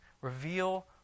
reveal